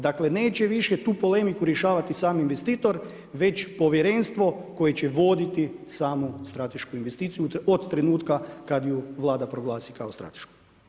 Dakle, neće više tu polemiku rješavati sam investitor, već povjerenstvo, koje će voditi samu stratešku investiciju, od trenutka kad ju Vlada proglasi kao stratešku.